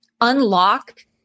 unlock